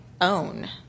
own